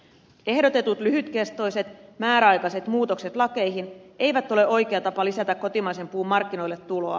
ehdotetut lyhytkestoiset määräaikaiset muutokset lakeihin eivät ole oikea tapa lisätä kotimaisen puun markkinoille tuloa